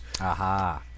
Aha